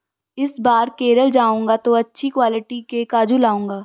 इस बार केरल जाऊंगा तो अच्छी क्वालिटी के काजू लाऊंगा